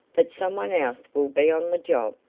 that some one else will be on the job.